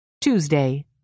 Tuesday